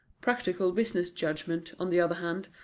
practical business judgment, on the other hand,